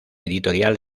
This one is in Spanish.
editorial